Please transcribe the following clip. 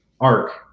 arc